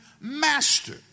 master